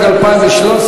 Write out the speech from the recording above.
אני מנצלת,